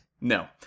No